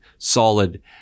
solid